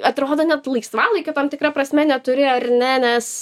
atrodo net laisvalaikio tam tikra prasme neturi ar ne nes